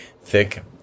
thick